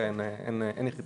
אבל כרגע אין יחידות כאלה.